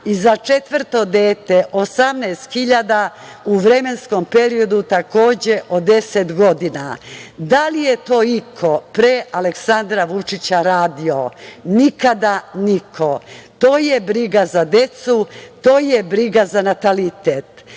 a za četvrto dete 18.000 dinara u vremenskom periodu od 10 godina. Da li je to iko pre Aleksandra Vučića radio? Nikada niko. To je briga za decu, to je briga za natalitet.